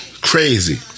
Crazy